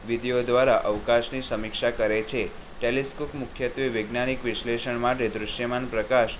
વિધીઓ દ્વારા અવકાશની સમીક્ષા કરે છે ટેલિસ્કોપ મુખ્યત્વે વૈજ્ઞાનિક વિશ્લેષણ માટે દૃશ્યમાન પ્રકાશ